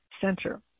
Center